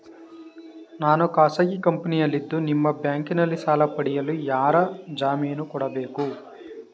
ನಾನು ಖಾಸಗಿ ಕಂಪನಿಯಲ್ಲಿದ್ದು ನಿಮ್ಮ ಬ್ಯಾಂಕಿನಲ್ಲಿ ಸಾಲ ಪಡೆಯಲು ಯಾರ ಜಾಮೀನು ಕೊಡಬೇಕು?